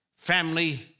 Family